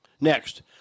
Next